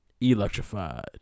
Electrified